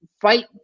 fight